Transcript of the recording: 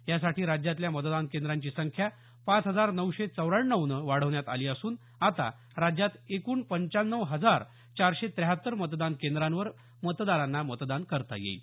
यासाठी राज्यातल्या मतदान केंद्रांची संख्या पाच हजार नऊशे चौऱ्याण्णवनं वाढवण्यात आली असून आता राज्यात एकूण पंचाण्णव हजार चारशे त्याहत्तर मतदान केंद्रांवर मतदारांना मतदान करता येईल